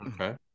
Okay